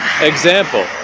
example